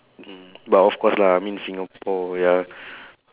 mm but of course lah I mean singapore ya